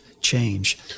change